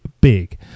big